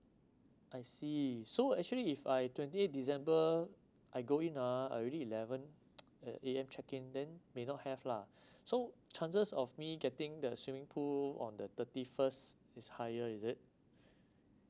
I see so actually if I twenty eight december I go in ah I already eleven A_M check in then may not have lah so chances of me getting the swimming pool on the thirty first is higher is it